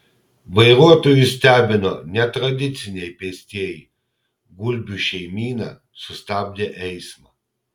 vairuotojus stebino netradiciniai pėstieji gulbių šeimyna sustabdė eismą